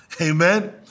Amen